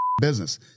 business